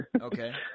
Okay